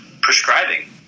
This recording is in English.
prescribing